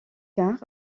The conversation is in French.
car